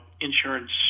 insurance